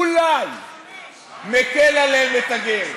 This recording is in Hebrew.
אולי מקל עליהן את הגט.